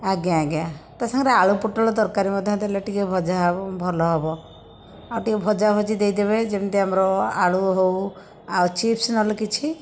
ଆଜ୍ଞା ଆଜ୍ଞା ତା ସାଙ୍ଗରେ ଆଳୁ ପୋଟଳ ତରକାରୀ ମଧ୍ୟ ଦେଲେ ଟିକେ ଭଜା ହବ ଭଲ ହବ ଆଉ ଟିକେ ଭଜା ଭଜି ଦେଇ ଦେବେ ଯେମିତି ଆମର ଆଳୁ ହଉ ଆଉ ଚିପ୍ସ ନହେଲେ କିଛି